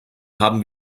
haben